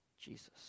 Jesus